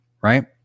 right